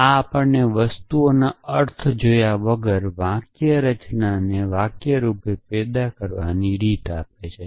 આ આપણને વસ્તુઓના અર્થો જોયા વગર વાક્યરચનારૂપે વાક્ય પેદા કરવાની રીત આપે છે